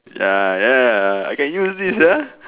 ya ya I can use this uh